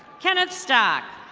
kenneth stock.